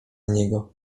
niego